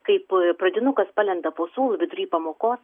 kaip pradinukas palenda po suolu vidury pamokos